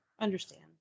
Understand